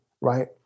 right